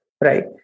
right